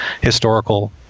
historical